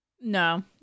no